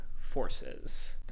forces